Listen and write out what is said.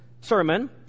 sermon